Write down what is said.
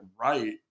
right